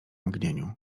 mgnieniu